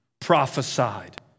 prophesied